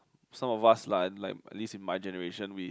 some of us lah like at least in my generation we